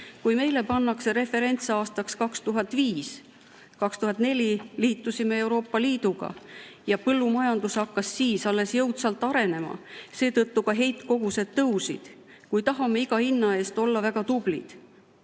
Kui meile pannakse referentsaastaks 2005, 2004 liitusime Euroopa Liiduga ja põllumajandus hakkas siis alles jõudsalt arenema, seetõttu ka heitkogused tõusid, kui tahame iga hinna eest olla väga tublid